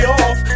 off